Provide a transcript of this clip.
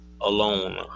alone